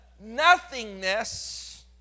nothingness